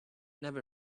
never